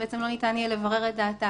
לא ניתן יהיה לברר את דעתה.